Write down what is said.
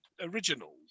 original